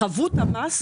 חבות המס,